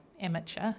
amateur